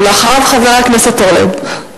אחריו, חבר הכנסת אורלב.